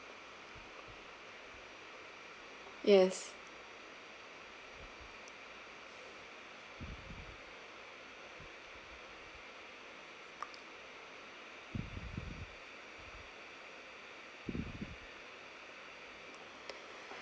yes